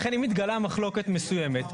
לכן אם התגלעה מחלוקת מסוימת,